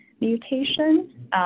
mutation